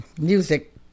music